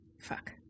fuck